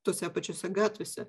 tose pačiose gatvėse